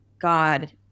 God